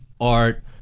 art